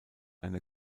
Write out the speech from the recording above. eine